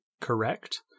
correct